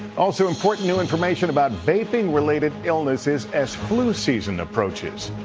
also, important new information about vaping-related illnesses as flu season approaches.